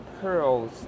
pearls